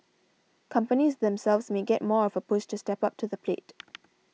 companies themselves may get more of a push to step up to the plate